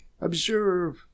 observe